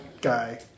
guy